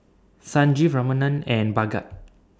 Sanjeev Ramanand and Bhagat